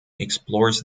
explores